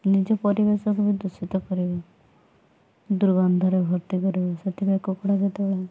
ନିଜ ପରିବେଶକୁ ବି ଦୂଷିତ କରିବ ଦୁର୍ଗନ୍ଧରେ ଭର୍ତ୍ତି କରିବ ସେଥିପାଇଁ କୁକୁଡ଼ା ଯେତେବେଳେ